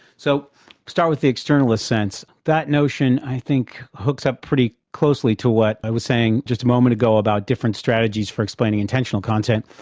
so, i'll start with the externalist sense. that notion, i think, hooks up pretty closely to what i was saying just a moment ago about different strategies for explaining intentional content.